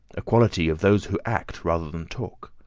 a quality of those who act rather than talk.